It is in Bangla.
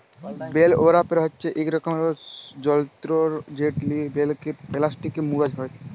বেল ওরাপের হছে ইক রকমের যল্তর যেট লিয়ে বেলকে পেলাস্টিকে মুড়া হ্যয়